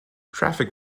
traffic